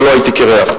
ולא הייתי קירח.